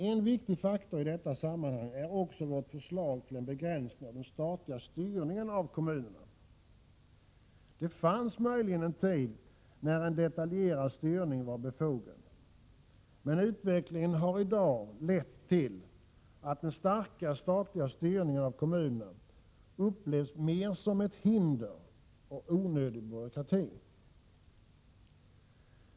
En viktig faktor i detta sammanhang är också vårt förslag till en begränsning av den statliga styrningen av kommunerna. Det fanns möjligen en tid då en detaljerad styrning var befogad, men utvecklingen har i dag lett till att den starka statliga styrningen av kommunerna mer upplevs som ett hinder och som onödig byråkrati.